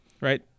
Right